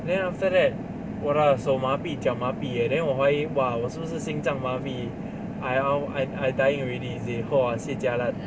then after that 我的手麻痹脚麻痹 eh then 我怀疑 !wah! 我是不是心脏麻痹 I ah I I dying already is it !wah! si eh jialat